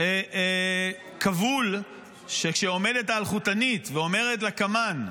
כבול שכשעומדת האלחוטנית ואומרת לקמ"ן,